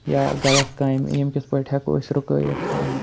یا غلط کامہِ یِم کِتھ پٲٹھۍ ہیٚکو أسۍ رُکٲوِتھ یِمہٕ